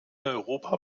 europa